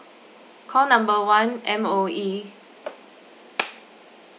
call number one M_O_E